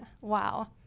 wow